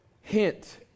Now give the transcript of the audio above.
hint